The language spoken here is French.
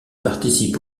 participe